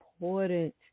important